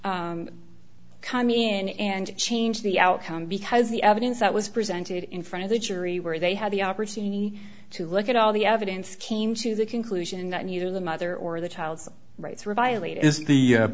to come in and change the outcome because the evidence that was presented in front of the three were they had the opportunity to look at all the evidence came to the conclusion that neither the mother or the child's rights were violated is the